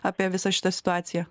apie visą šitą situaciją